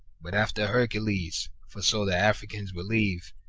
but after hercules, for so the africans believe,